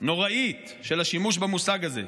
נוראית של השימוש במושג הזה.